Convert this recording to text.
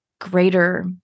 greater